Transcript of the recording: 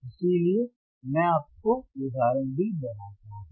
इसलिए मैं आपको उदाहरण भी बताता हूं